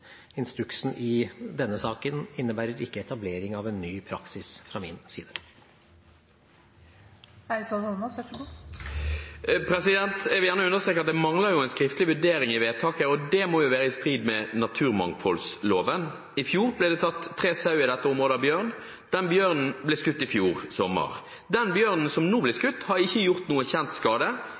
Instruksen i denne saken innebærer ikke etablering av en ny praksis fra min side. Jeg vil gjerne understreke at det mangler en skriftlig vurdering i vedtaket, og det må jo være i strid med naturmangfoldloven. I fjor ble det tatt tre sau i dette området, av bjørn. Den bjørnen ble skutt i fjor sommer. Den bjørnen som nå ble skutt, har ikke gjort noe kjent skade,